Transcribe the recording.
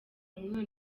umwana